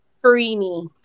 Creamy